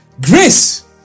Grace